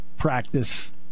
Practice